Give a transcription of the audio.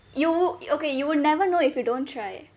you~ okay you will never know if you don't try